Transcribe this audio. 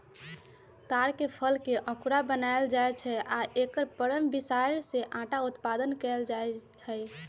तार के फलके अकूरा बनाएल बनायल जाइ छै आ एकर परम बिसार से अटा उत्पादन कएल जाइत हइ